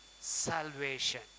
salvation